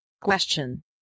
Question